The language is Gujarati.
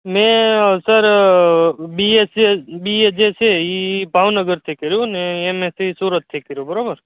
મેં સર બીએ છે બીએ જે છે એ ભાવનગરથી કર્યું ને એમએસસી સુરતથી કર્યું બરોબર